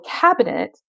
cabinet